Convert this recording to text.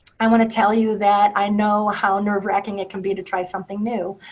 i want to tell you that i know how nerve-racking it can be to try something new.